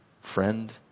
friend